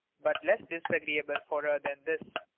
but less disagreeable for her than this,